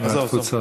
עזוב.